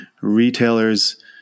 retailers